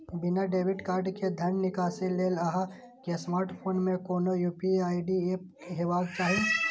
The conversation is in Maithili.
बिना डेबिट कार्ड के धन निकासी लेल अहां के स्मार्टफोन मे कोनो यू.पी.आई एप हेबाक चाही